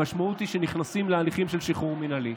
המשמעות היא שנכנסים להליכים של שחרור מינהלי.